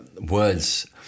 words